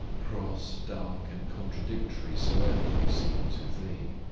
cross, dark, and contradictory soever they seem to thee.